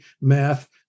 math